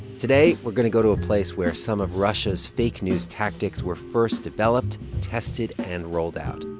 today, we're going to go to a place where some of russia's fake news tactics were first developed, tested and rolled out.